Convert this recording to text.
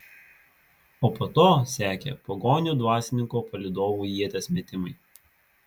o po to sekė pagonių dvasininko palydovų ieties metimai